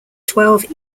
twelve